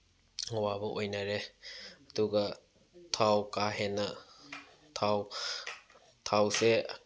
ꯑꯋꯥꯕ ꯑꯣꯏꯅꯔꯦ ꯑꯗꯨꯒ ꯊꯥꯎ ꯀꯥꯍꯦꯟꯅ ꯊꯥꯎ ꯊꯥꯎꯁꯦ